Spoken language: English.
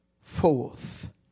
forth